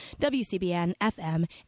WCBN-FM